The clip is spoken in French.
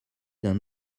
d’un